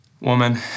Woman